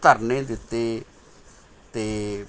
ਧਰਨੇ ਦਿੱਤੇ ਅਤੇ